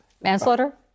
Manslaughter